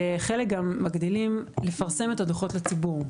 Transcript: וחלק גם מגדילים לפרסם את הדוחות לציבור.